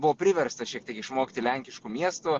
buvau priverstas šiek tiek išmokti lenkiškų miestų